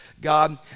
God